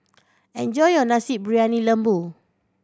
enjoy your Nasi Briyani Lembu